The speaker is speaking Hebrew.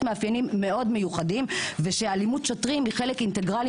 מאפיינים מאוד מיוחדים ושאלימות שוטרים היא חלק אינטגרלי